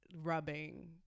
rubbing